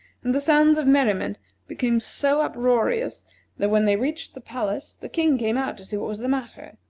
and the sounds of merriment became so uproarious that when they reached the palace the king came out to see what was the matter.